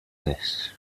this